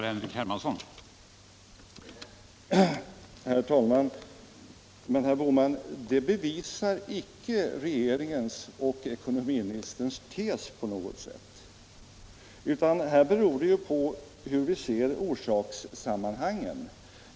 Herr talman! Men, herr Bohman, det bevisar inte på något sätt regeringens och ekonomiministern tes, utan här beror det ju på hur vi ser orsakssammanhangen.